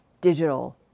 digital